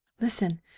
Listen